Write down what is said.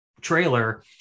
trailer